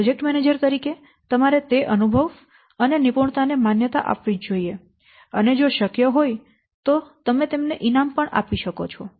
એક project manager તરીકે તમારે તે અનુભવ અને નિપુણતાને માન્યતા આપવી જ જોઇએ અને જો શક્ય હોય તો તમે તેમને ઈનામ પણ આપી શકો છો